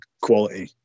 quality